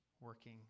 working